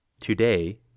Today